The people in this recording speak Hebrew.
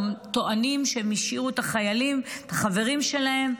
הם טוענים שהם השאירו את החיילים, את החברים שלהם.